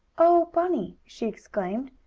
oh, bunny! she exclaimed,